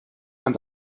man